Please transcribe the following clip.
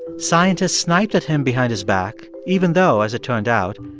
scientists sniped at him behind his back even though, as it turned out,